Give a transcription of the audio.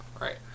Right